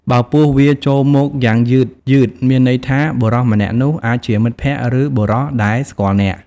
បើពស់វារចូលមកយ៉ាងយឺតៗ មានន័យថាបុរសម្នាក់នោះអាចជាមិត្តភក្តិ ឬ បុរសដែលស្គាល់អ្នក។